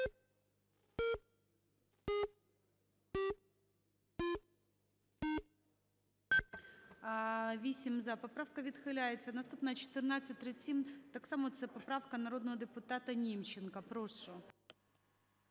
За-8 Поправка відхиляється. Наступна – 1437, так само це поправка народного депутата Німченка. Прошу.